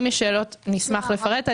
אם יש שאלות, נשמח לפרט.